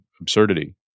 absurdity